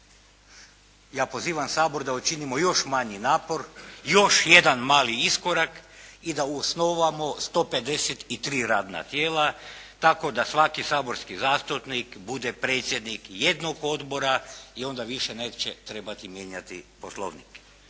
Ja pozivam Sabor da učinimo još manji napor, još jedan mali iskorak i da osnovamo 153 radna tijela, tako da svaki saborski zastupnik bude predsjednik jednog odbora i onda više neće trebati mijenjati Poslovnik.